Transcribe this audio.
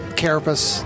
carapace